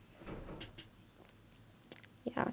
ya